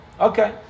Okay